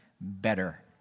better